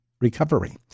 recovery